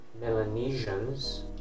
Melanesians